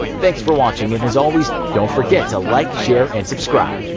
thanks for watching, and, as always, don't forget to like, share, and subscribe.